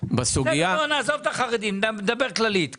עזוב את החרדים, דבר כללית.